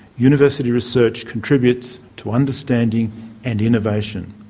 university research contributes to understanding and innovation.